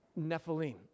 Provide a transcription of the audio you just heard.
Nephilim